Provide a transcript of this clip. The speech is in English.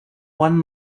one